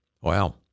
Wow